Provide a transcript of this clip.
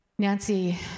Nancy